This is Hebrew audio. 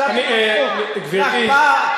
עכשיו, גברתי.